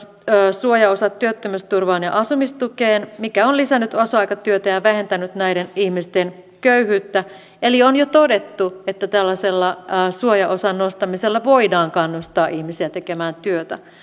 suojaosa työttömyysturvaan ja asumistukeen mikä on lisännyt osa aikatyötä ja vähentänyt näiden ihmisten köyhyyttä eli on jo todettu että tällaisella suojaosan nostamisella voidaan kannustaa ihmisiä tekemään työtä